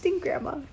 grandma